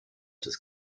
des